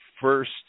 first